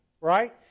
right